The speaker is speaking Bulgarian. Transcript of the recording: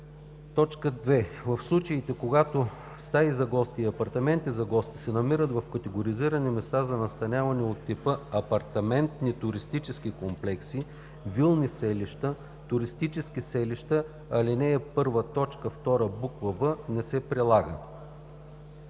(2) В случаите, когато стаи за гости и апартаменти за гости се намират в категоризирани места за настаняване от типа „апартаментни туристически комплекси“, „вилни селища“, „туристически селища“, ал. 1, т. 2, буква „в“ не се прилага.“